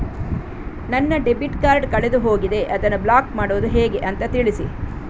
ನನ್ನ debit card ಕಳೆದು ಹೋಗಿದೆ, ಅದನ್ನು ಬ್ಲಾಕ್ ಮಾಡುವುದು ಹೇಗೆ ಅಂತ ತಿಳಿಸಿ?